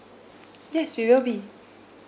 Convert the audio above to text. yes we will be